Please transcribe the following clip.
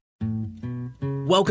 Welcome